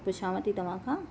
पुछांव थी तव्हां खां